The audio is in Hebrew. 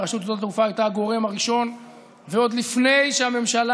ורשות שדות התעופה הייתה הגורם הראשון/ עוד לפני שהממשלה